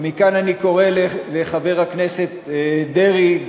ומכאן אני קורא לחבר הכנסת דרעי,